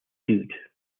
dude